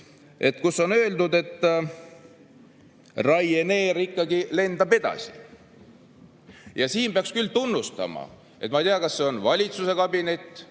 –, kus on öeldud, et Ryanair ikkagi lendab edasi. Ja siin peaks küll kedagi tunnustama. Ma ei tea, kas see on valitsuskabineti